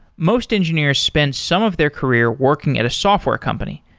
most engineers spend some of their career working at a software company.